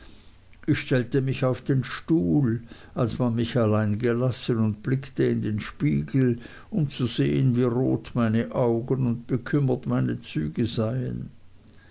ich stellte mich auf den stuhl als man mich allein gelassen und blickte in den spiegel um zu sehen wie rot meine augen und bekümmert meine züge seien